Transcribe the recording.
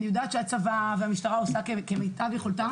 אני יודעת שהצבא והמשטרה עושים כמיטב יכולתם.